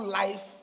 life